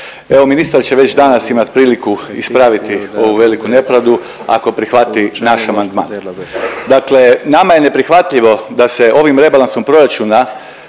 Evo ministar će već danas imat priliku ispraviti ovu veliku nepravdu ako prihvati naš amandman. Dakle, nama je neprihvatljivo da se ovim rebalansom proračuna